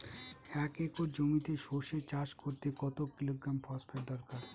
এক একর জমিতে সরষে চাষ করতে কত কিলোগ্রাম ফসফেট দরকার?